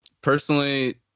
Personally